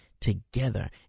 together